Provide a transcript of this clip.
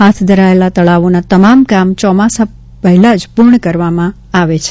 હાથ ધરાયેલા તળાવોના તમામ કામ ચોમાસા પહેલા જ પૂર્ણ કરવામાં આવે છે